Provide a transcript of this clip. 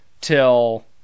till